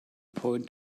point